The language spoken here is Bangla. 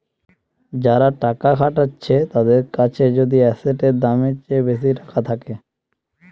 যারা টাকা খাটাচ্ছে তাদের কাছে যদি এসেটের দামের চেয়ে বেশি টাকা থাকে